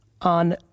on